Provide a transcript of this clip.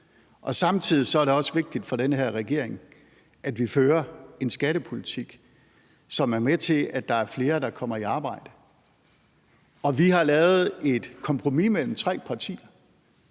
Samtidig er det også vigtigt for den her regering, at vi fører en skattepolitik, som er med til, at der er flere, der kommer i arbejde. Vi har lavet et kompromis mellem tre partier,